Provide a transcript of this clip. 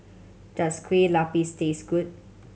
does Kueh Lapis taste good